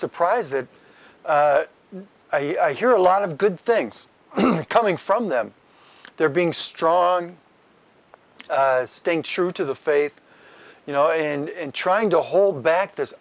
surprised that i hear a lot of good things coming from them they're being strong on staying true to the faith you know and trying to hold back this